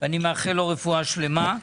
אני מאחל לו רפואה שלמה.